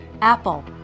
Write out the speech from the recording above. Apple